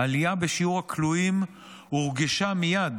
העלייה בשיעור הכלואים הורגשה מייד